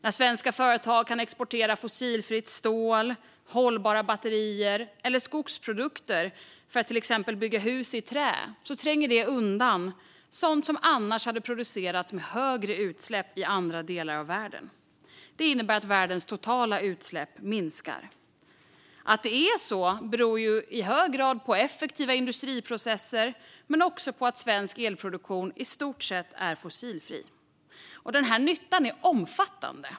När svenska företag kan exportera fossilfritt stål, hållbara batterier eller skogsprodukter för att till exempel bygga hus i trä tränger det undan sådant som annars hade producerats med högre utsläpp i andra delar av världen. Det innebär att världens totala utsläpp minskar. Att det är så beror i hög grad på effektiva industriprocesser men också på att svensk elproduktion i stort sett är fossilfri. Den här nyttan är omfattande.